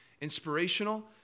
inspirational